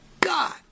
God